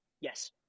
Yes